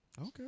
Okay